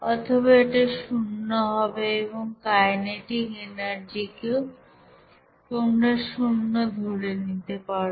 অথবা এটা শূন্য হবে এবং কাইনেটিক এনার্জিকেও তোমরা শূন্য ধরে নিতে পারো